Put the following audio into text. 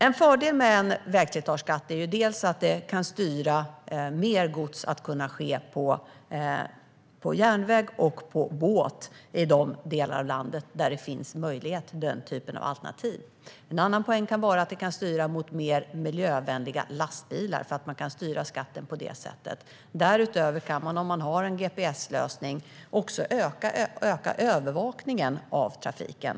En fördel med en vägslitageskatt är att den kan styra över mer gods till järnväg och båt i de delar av landet där den typen av alternativ är möjliga. En annan poäng är att den kan styra över mot mer miljövänliga lastbilar därför att man kan styra skatten på det sättet. Därutöver kan man, om man har en gps-lösning, öka övervakningen av trafiken.